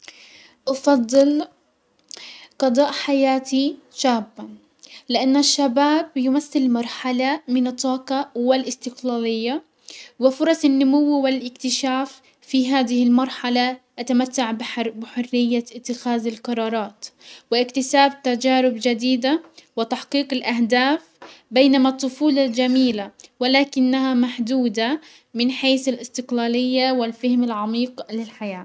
افضل قضاء حياتي شابة، لان الشباب بيمسل مرحلة من الطاقة والاستقلالية وفرص النمو والاكتشاف في هذه المرحلة، اتمتع بحرية اتخاذ القرارات واكتساب تجارب جديدة وتحقيق الاهداف، بينما الطفولة الجميلة ولكنها محدودة من حيس الاستقلالية والفهم العميق للحياة.